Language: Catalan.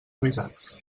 avisats